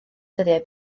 dyddiau